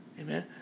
Amen